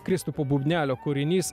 kristupo bubnelio kūrinys